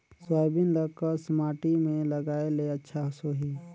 Soybean ल कस माटी मे लगाय ले अच्छा सोही?